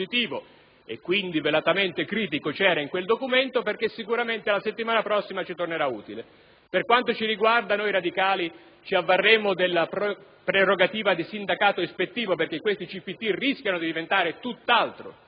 e quindi di velatamente critico esso conteneva, in quanto sicuramente la settimana prossima ci tornerà utile. Per quanto riguarda noi radicali, ci avvarremo della prerogativa di sindacato ispettivo perché i CPT rischiano di diventare tutt'altro,